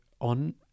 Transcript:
on